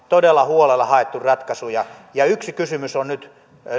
todella huolella haettu ratkaisu ja yksi kysymys on nyt